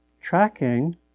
tracking